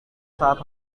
saat